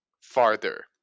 farther